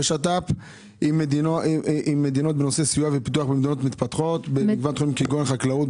שיתוף פעולה עם מדינות בנושא סיוע ופיתוח במדינות מתפתחות כגון חקלאות,